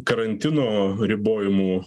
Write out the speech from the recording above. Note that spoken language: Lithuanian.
karantino ribojimų